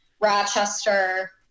Rochester